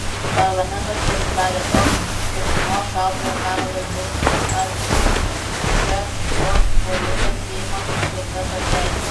parlamentas pasidarė toks kaip sno šaltojo karo laikais ar žečpospolitos seimas su veto teise